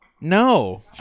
No